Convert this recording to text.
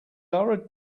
are